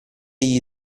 gli